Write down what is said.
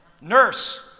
Nurse